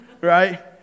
Right